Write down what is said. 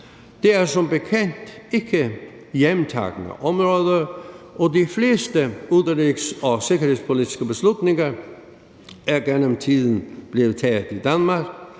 Det er som bekendt ikke hjemtagne områder, og de fleste udenrigs- og sikkerhedspolitiske beslutninger er gennem tiden blevet taget i Danmark